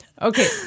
Okay